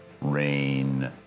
rain